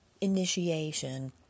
initiation